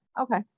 okay